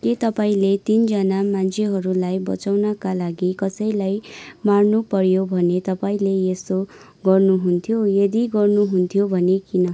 के तपाईँले तिनजना मान्छेहरूलाई बचाउनका लागि कसैलाई मार्नुपऱ्यो भने तपाईँले यसो गर्नुहुन्थ्यो यदि गर्नुहुन्थ्यो भने किन